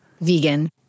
vegan